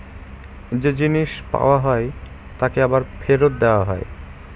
যে জিনিস পাওয়া হয় তাকে আবার ফেরত দেওয়া হয়